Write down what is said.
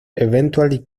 eventually